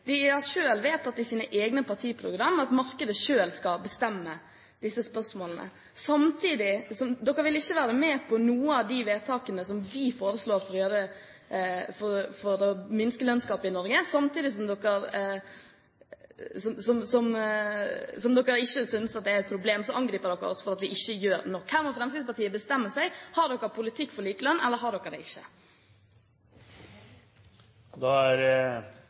De har selv vedtatt i sine egne partiprogram at markedet selv skal bestemme i disse spørsmålene. Dere vil ikke være med på noen av de vedtakene vi foreslår for å minske lønnsgapet i Norge, og samtidig som dere ikke synes det er et problem, angriper dere oss for at vi ikke gjør nok. Her må Fremskrittspartiet bestemme seg: Har dere en politikk for likelønn, eller har dere det ikke? Representanten Barstad er